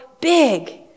big